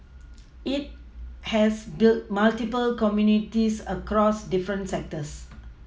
it has built multiple communities across different sectors